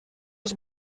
els